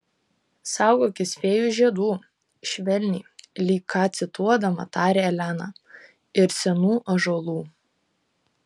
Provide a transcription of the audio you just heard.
saugokis fėjų žiedų švelniai lyg ką cituodama tarė elena ir senų ąžuolų